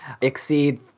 exceed